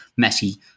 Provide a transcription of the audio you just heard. Messi